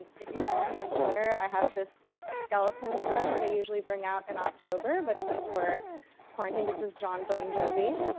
if you follow me on twitter, i have this skeleton son that i usually bring out in october. but since we're quarantined, this is jon bone jovi.